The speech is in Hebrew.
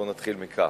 בואו נתחיל מכך.